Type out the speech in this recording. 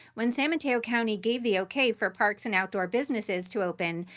when san mateo county gave the okay for parks and outdoor businesses to open,